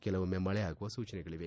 ಕೆಲವೊಮ್ಮೆ ಮಳೆಯಾಗುವ ಸೂಚನೆಗಳವೆ